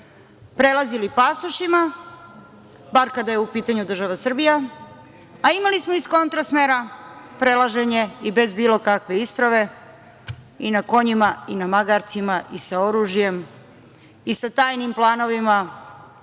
prelazili pasošima, bar kada je u pitanju država Srbija, a imali smo iz kontra smera prelaženje i bez bilo kakve isprave i na konjima i na magarcima i sa oružjem i sa tajnim planovima